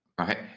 Okay